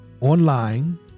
online